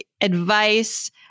advice